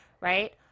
right